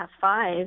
five